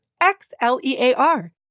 X-L-E-A-R